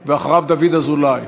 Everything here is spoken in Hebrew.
ואחריו, דוד אזולאי.